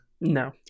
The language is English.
No